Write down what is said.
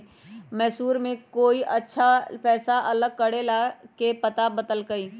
मैसूर में कोई अच्छा पैसा अलग करे वाला के पता बतल कई